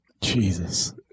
Jesus